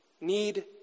need